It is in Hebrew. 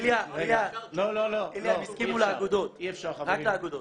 איליה, הם הסכימו לאגודות, רק לאגודות.